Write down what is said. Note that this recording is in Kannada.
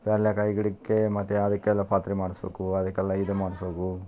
ಪೇರ್ಲೆ ಕಾಯಿ ಗಿಡಕ್ಕೇ ಮತ್ತು ಅದಕ್ಕೆಲ್ಲ ಪಾತ್ರೆ ಮಾಡಿಸ್ಬೇಕು ಅದ್ಕೆಲ್ಲಾ ಇದು ಮಾಡಿಸ್ಬೇಕು